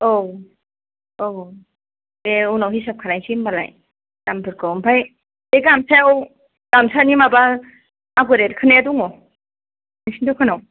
औ औ दे उनाव हिसाब खालामसै होनबालाय दामफोरखौ ओमफ्राय बे गामसायाव गामसानि माबा आगर एरखोनाया दङ नोंसिनि दखानाव